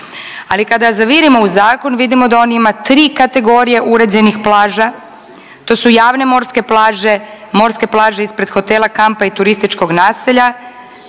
Ali kada zavirimo u zakon vidimo da on ima tri kategorije uređenih plaža, to su javne morske plaže, morske plaže ispred hotela, kampa i turističkog naselja